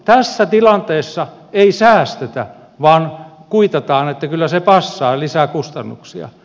tässä tilanteessa ei säästetä vaan kuitataan että kyllä se passaa lisää kustannuksia